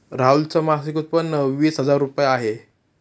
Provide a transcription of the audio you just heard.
राहुल च मासिक उत्पन्न वीस हजार रुपये आहे